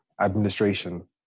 administration